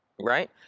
right